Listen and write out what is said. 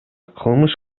кылмыш